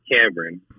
Cameron